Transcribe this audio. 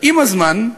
עם הזמן,